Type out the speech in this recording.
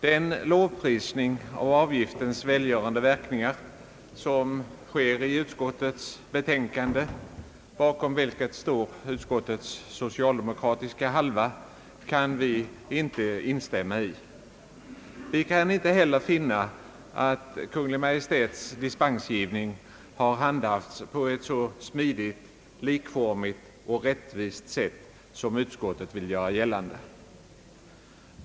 Den lovprisning av avgiftens välgörande verkningar som kommer till uttryck i utskottets betänkande, bakom vilket står utskottets socialdemokratiska halva, kan vi inte instämma i. Vi kan inte heller finna att Kungl. Maj:ts dispensgivning har handhafts på ett smidigt, likformigt och rättvist sätt som utskottet vill göra gällande.